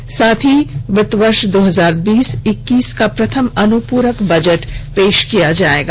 इसके साथ ही वित वर्ष दो हजार बीस इक्कीस का प्रथम अनुपूरक बजट पेश किया जाएगा